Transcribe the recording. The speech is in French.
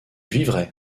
vivrai